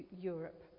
Europe